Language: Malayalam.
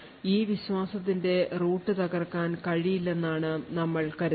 ഈ വിശ്വാസത്തിന്റെ റൂട്ട് തകർക്കാൻ കഴിയില്ലെന്നാണ് ഞങ്ങൾ കരുതുന്നത്